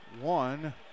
One